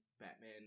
Batman